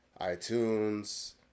iTunes